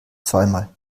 zweimal